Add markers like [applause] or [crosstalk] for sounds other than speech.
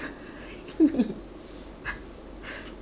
[laughs]